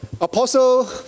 Apostle